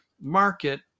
market